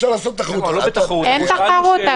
-- אין תחרות.